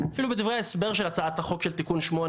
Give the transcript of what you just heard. אפילו בדברי ההסבר של הצעת החוק של תיקון 8,